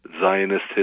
Zionist